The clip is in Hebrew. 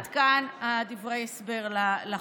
עד כאן דברי ההסבר לחוק.